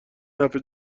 نفع